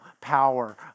power